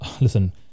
listen